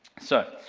so,